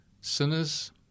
sinners